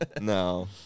no